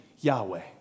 Yahweh